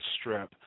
strip